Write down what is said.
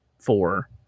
four